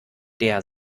der